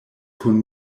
kun